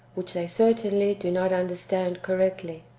which they certainly do not understand correctly.